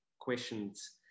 questions